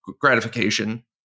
gratification